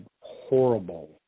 horrible